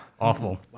awful